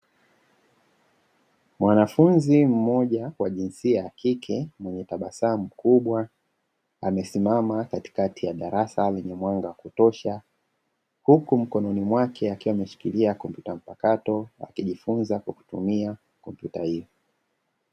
Mwanafunzi mmoja wa jinsia ya kike mwenye tabasamu kubwa, amesimama katikati ya darasa yenye mwanga wa kutosha, huku mkononi mwake akiwa ameshikilia kompyuta mpakato, akijifunza kutumia kompyuta hiyo.